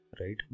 right